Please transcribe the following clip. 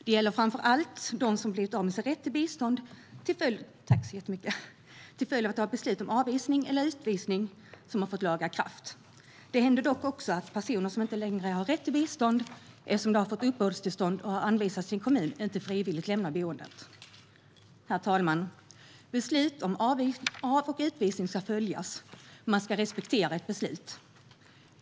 Det gäller framför allt de som har blivit av med sin rätt till bistånd till följd av att beslut om avvisning eller utvisning har vunnit laga kraft. Det händer dock också att personer som inte längre har rätt till bistånd eftersom de har fått uppehållstillstånd och har anvisats till kommun inte frivilligt lämnar boendet. Beslut om avvisning och utvisning ska följas. Man ska respektera ett beslut.